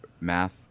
math